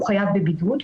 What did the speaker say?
חייב בבידוד.